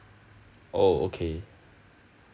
oh okay